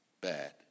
bad